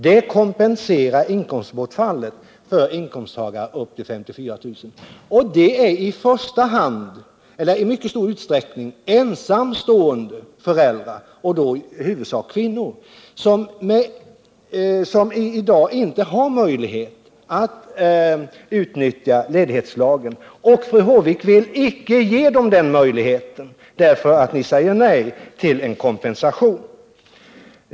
Det kompenserar inkomstbortfallet för inkomsttagare med upp till 54 000 kronors inkomst, och dessa utgörs i mycket stor utsträckning av ensamstående föräldrar, i huvudsak kvinnor, som i dag inte kan utnyttja de möjligheter som ledighetslagen ger. Fru Håvik säger nej till en sådan kompensation och vill följaktligen icke ge dem dessa möjligheter.